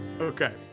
Okay